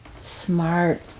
smart